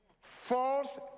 False